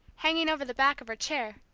hanging over the back of her chair,